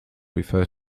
refer